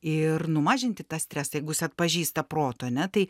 ir numažinti tą stresą jeigu jis atpažįsta protu ane tai